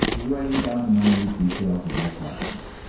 writing down the minute details of what happens.